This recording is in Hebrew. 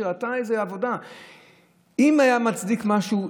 אם זה היה מצדיק משהו,